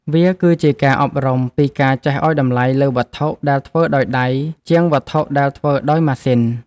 វាគឺជាការអប់រំពីការចេះឱ្យតម្លៃលើវត្ថុដែលធ្វើដោយដៃជាងវត្ថុដែលធ្វើដោយម៉ាស៊ីន។